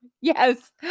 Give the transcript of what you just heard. Yes